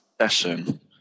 session